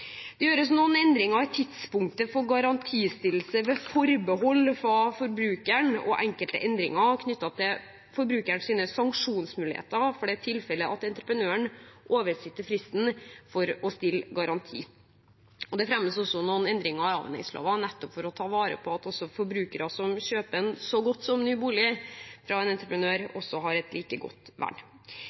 Det gjøres noen endringer i tidspunktet for garantistillelse ved forbehold fra forbrukeren og enkelte endringer knyttet til forbrukerens sanksjonsmuligheter for det tilfellet at entreprenøren oversitter fristen for å stille garanti. Det fremmes også noen endringer i avhendingslova, nettopp for å ivareta at forbrukere som kjøper en så godt som ny bolig fra en entreprenør, også har et like godt vern.